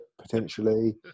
potentially